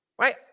Right